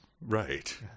Right